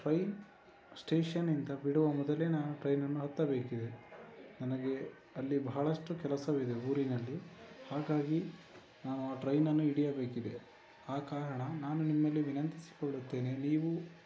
train ಸ್ಟೇಷನ್ನಿಂದ ಬಿಡುವ ಮೊದಲೇ ನಾನು ಟ್ರೈನನ್ನು ಹತ್ತಬೇಕಿದೆ ನನಗೆ ಅಲ್ಲಿ ಬಹಳಷ್ಟು ಕೆಲಸಗಳಿದೆ ಊರಿನಲ್ಲಿ ಹಾಗಾಗಿ ನಾನು ಟ್ರೈನನ್ನು ಹಿಡಿಯಬೇಕಿದೆ ಆ ಕಾರಣ ನಾನು ನಿಮ್ಮಲ್ಲಿ ವಿನಂತಿಸಿಕೊಳ್ಳುತ್ತೇನೆ ನೀವು